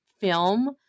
film